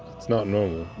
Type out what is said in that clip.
it's not normal.